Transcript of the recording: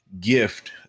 gift